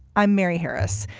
i'm mary harris.